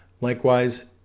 Likewise